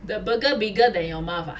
the burger bigger than your mouth ah